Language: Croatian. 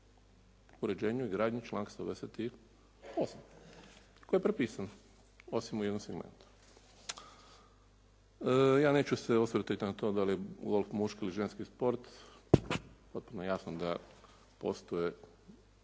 uređenju i gradnji, članak 128. koji je prepisan osim u jednom segmentu. Ja neću se osvrtati na to da li je golf muški ili ženski sport. Potpuno je jasno da postoje